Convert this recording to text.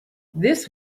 this